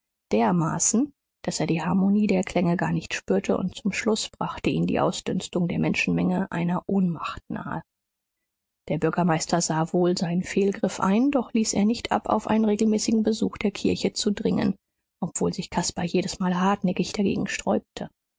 dermaßen daß er die harmonie der klänge gar nicht spürte und zum schluß brachte ihn die ausdünstung der menschenmenge einer ohnmacht nahe der bürgermeister sah wohl seinen fehlgriff ein doch ließ er nicht ab auf einen regelmäßigen besuch der kirche zu dringen obwohl sich caspar jedesmal hartnäckig dagegen sträubte